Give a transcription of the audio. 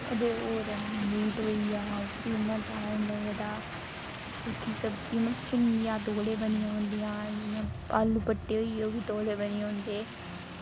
ते होर मीट होइया उसी इन्ना टैम लगदा सुक्की सब्ज़ी भिंडियां तौले बनी जंदियां इंया आलू भट्टे होइये ओह्बी तौले बनी जंदे